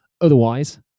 Otherwise